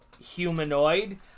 humanoid